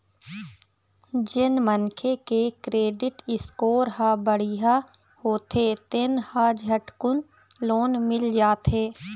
जेन मनखे के क्रेडिट स्कोर ह बड़िहा होथे तेन ल झटकुन लोन मिल जाथे